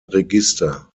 register